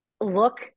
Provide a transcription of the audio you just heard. look